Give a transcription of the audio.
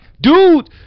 Dude